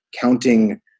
counting